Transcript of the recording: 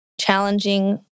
challenging